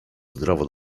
zdrowo